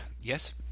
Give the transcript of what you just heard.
Yes